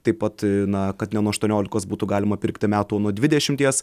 taip pat na kad ne nuo aštuoniolikos būtų galima pirkti metų o nuo dvidešimties